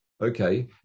Okay